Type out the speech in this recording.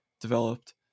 developed